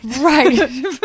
Right